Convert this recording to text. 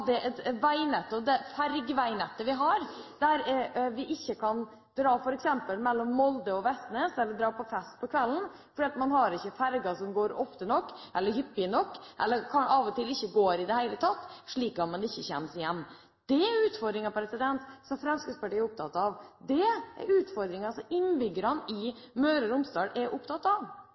det fergeveinettet vi har, der vi ikke kan dra f.eks. mellom Molde og Vestnes eller dra på fest på kvelden, fordi man ikke har ferger som går hyppig nok, eller av og til ikke går i det hele tatt, slik at man ikke kommer seg hjem. Det er utfordringer som Fremskrittspartiet er opptatt av. Det er utfordringer som innbyggerne i Møre og Romsdal er opptatt av.